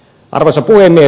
arvoisa puhemies